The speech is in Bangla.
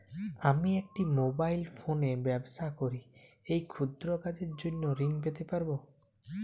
আমি একটি মোবাইল ফোনে ব্যবসা করি এই ক্ষুদ্র কাজের জন্য ঋণ পেতে পারব?